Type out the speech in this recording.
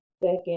Second